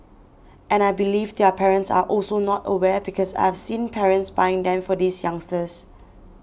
and I believe their parents are also not aware because I have seen parents buying them for these youngsters